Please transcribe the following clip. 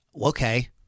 Okay